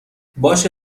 باشه